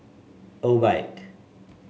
Obike